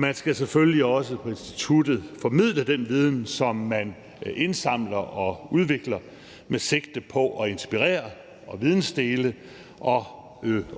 Man skal selvfølgelig også på instituttet formidle den viden, som man indsamler og udvikler, med sigte på at inspirere og vidensdele og